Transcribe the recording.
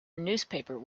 newspaper